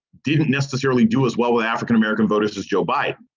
didn't necessarily do as well with african-american voters as joe biden.